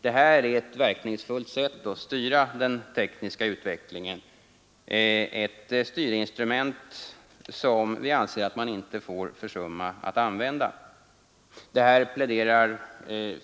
Det här är ett verkningsfullt sätt att styra den tekniska utvecklingen, och det utgör ett styrinstrument som man inte får försumma att använda.